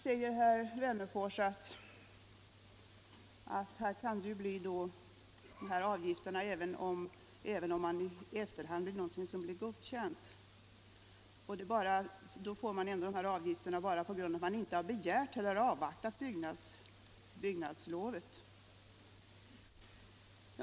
Herr Wennerfors säger att de här avgilterna kan utgå även om det gäller ett bygge som i efterhand blir godkänt — då får vederbörande ändå betala avgifterna på grund av att han inte begärt eller avvaktat byggnadslovet.